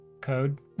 code